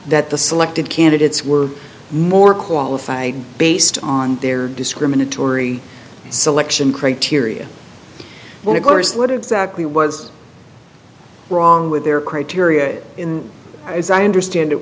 that the selected candidates were more qualified based on their discriminatory selection criteria well of course what exactly was wrong with their criteria that in as i understand